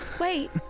Wait